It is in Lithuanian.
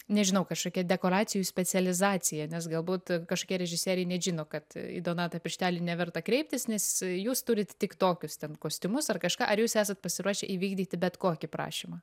nežinau kažkokia dekoracijų specializacija nes galbūt kažkokie režisieriai net žino kad į donatą pirštelį neverta kreiptis nes jūs turit tik tokius ten kostiumus ar kažką ar jūs esat pasiruošę įvykdyti bet kokį prašymą